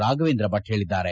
ರಾಘವೇಂದ್ರ ಭಟ್ ಹೇಳಿದ್ದಾರೆ